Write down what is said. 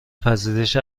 پذیرش